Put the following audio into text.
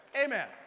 Amen